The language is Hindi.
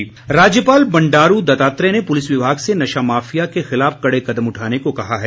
पुलिस मीट राज्यपाल बंडारू दत्तात्रेय ने पुलिस विभाग से नशा माफिया के खिलाफ कड़े कदम उठाने को कहा है